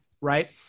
right